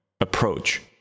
approach